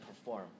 perform